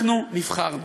נבחרנו.